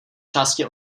části